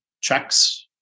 checks